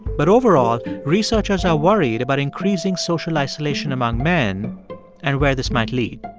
but overall, researchers are worried about increasing social isolation among men and where this might lead.